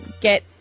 get